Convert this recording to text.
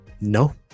no